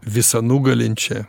visa nugalinčia